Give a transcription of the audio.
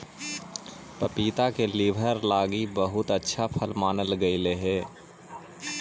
पपीता के लीवर लागी बहुत अच्छा फल मानल गेलई हे